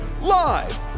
Live